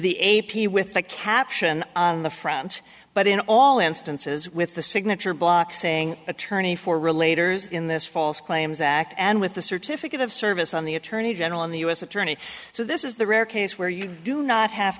the a p with the caption on the front but in all instances with the signature block saying attorney for relator in this false claims act and with the certificate of service on the attorney general in the u s attorney so this is the rare case where you do not have